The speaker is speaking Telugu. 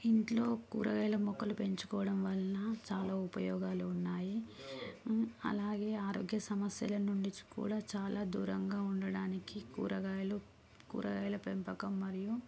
ఇంట్లో కూరగాయల మొక్కలు పెంచుకోవడం వల్ల చాలా ఉపయోగాలు ఉన్నాయి అలాగే ఆరోగ్య సమస్యల నుంచి కూడా చాలా దూరంగా ఉండడానికి కూరగాయలు కూరగాయల పెంపకం మరియు